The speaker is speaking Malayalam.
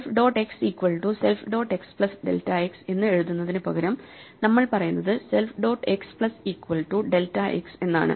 self dot x equal to self dot x plus delta x എന്ന് എഴുതുന്നതിനുപകരം നമ്മൾ പറയുന്നത് self dot x plus equal to delta x എന്നാണ്